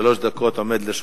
שלוש דקות עומדות לרשותך.